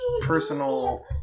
personal